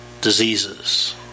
diseases